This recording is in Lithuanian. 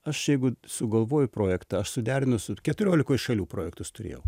aš jeigu sugalvoju projektą aš suderinu su keturiolikoj šalių projektus turėjau